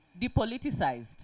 depoliticized